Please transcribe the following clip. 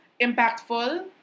impactful